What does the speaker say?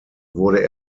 wurde